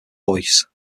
voice